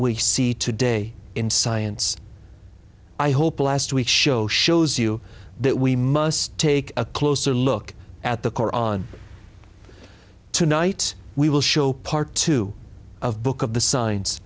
we see today in science i hope last week's show shows you that we must take a closer look at the corps on tonight we will show part two of book of the signs